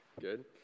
Good